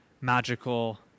magical